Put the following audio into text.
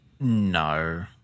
No